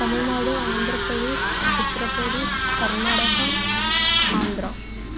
Tamil Nadu Andhra Pradesh Uttar Pradesh Karnataka Andhra